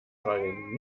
frage